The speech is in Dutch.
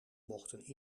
mochten